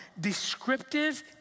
descriptive